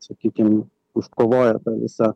sakykim užkovojo visą